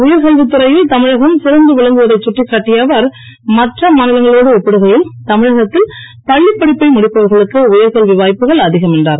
உயர்கல்வித் துறையில் தமிழகம் சிறந்து விளங்குவதைச் சுட்டிக்காட்டிய அவர் மற்ற மாநிலங்களோடு ஒப்பிடுகையில் தமிழகத்தில் பள்ளிப் படிப்பை முடிப்பவர்களுக்கு உயர்கல்வி வாய்ப்புகள் அதிகம் என்றுர்